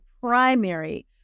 primary